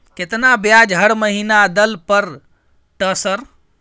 केतना ब्याज हर महीना दल पर ट सर?